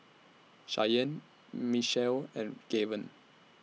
Shyanne Mechelle and Gaven